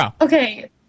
Okay